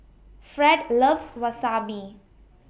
Fred loves Wasabi